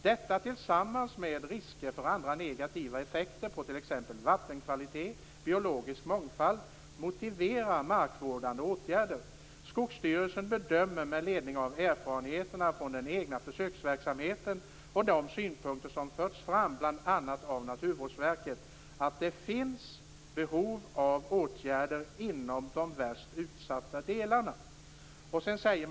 Detta tillsammans med risker för andra negativa effekter på t.ex. vattenkvalitet och biologisk mångfald motiverar markvårdande åtgärder. SKS bedömer med ledning av erfarenheter från den egna försöksverksamheten och de synpunkter som förts fram bl.a. av Naturvårdsverket att det finns behov av åtgärder inom de värst utsatta delarna av landet."